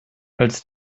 als